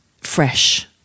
fresh